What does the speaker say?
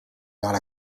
not